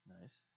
Nice